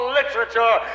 literature